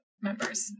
members